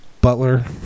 butler